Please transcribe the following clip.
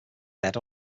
dead